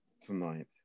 tonight